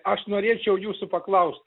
aš norėčiau jūsų paklaust